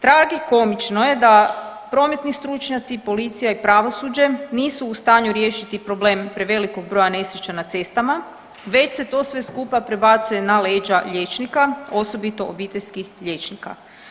Tragikomično je da prometni stručnjaci, policija i pravosuđe nisu u stanju riješiti problem prevelikog broja nesreća na cestama već se to sve skupa prebacuje na leđa liječnika, osobito obiteljskih liječnika.